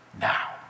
now